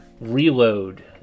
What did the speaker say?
reload